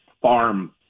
farm